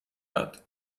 اید